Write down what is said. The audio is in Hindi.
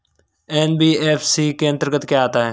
एन.बी.एफ.सी के अंतर्गत क्या आता है?